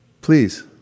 please